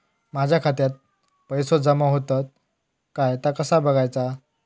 माझ्या खात्यात पैसो जमा होतत काय ता कसा बगायचा?